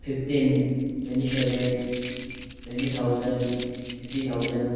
fifteen twenty seven twenty thousand fifty thousand